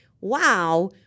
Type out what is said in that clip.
wow